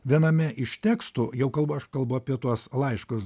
viename iš tekstų jau kalbu aš kalbu apie tuos laiškus